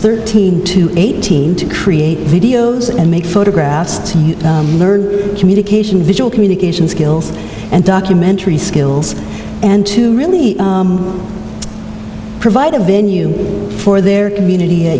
thirteen to eighteen to create videos and make photographs to learn communication visual communication skills and documentary skills and to really provide a venue for their community i